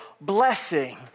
blessing